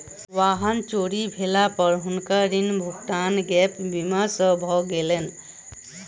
वाहन चोरी भेला पर हुनकर ऋण भुगतान गैप बीमा सॅ भ गेलैन